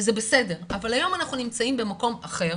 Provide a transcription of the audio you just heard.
וזה בסדר, אבל היום אנחנו נמצאים במקום אחר